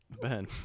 Ben